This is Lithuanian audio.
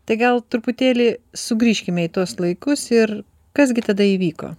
tai gal truputėlį sugrįžkime į tuos laikus ir kas gi tada įvyko